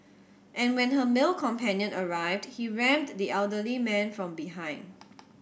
and when her male companion arrived he rammed the elderly man from behind